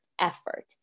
effort